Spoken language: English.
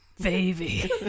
baby